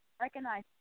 recognize